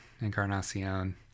Encarnacion